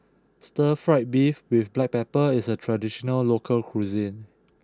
Stir Fried Beef with black pepper is a traditional local cuisine